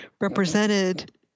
represented